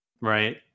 Right